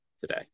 today